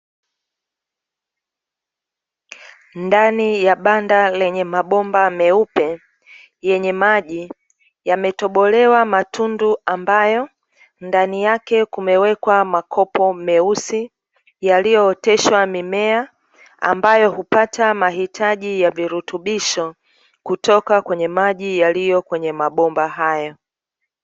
Ndani ya banda lenye mabomba meupe yenye maji, yametobolewa matundu ambayo ndani yake kumewekwa makopo meusi yaliyooteshwa mimea ambayo hupata mahitaji ya virutubisho kutoka kwenye maji yaliyo kwenye mabomba hayo.